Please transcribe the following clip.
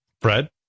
Fred